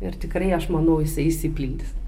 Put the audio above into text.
ir tikrai aš manau jisai išsipildys